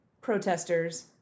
protesters